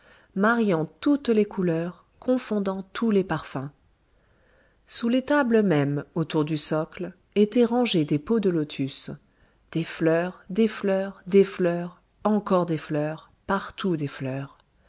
mariant toutes les couleurs confondant tous les parfums sous les tables mêmes autour du socle étaient rangés des pots de lotus des fleurs des fleurs des fleurs encore des fleurs partout des fleurs